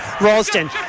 Ralston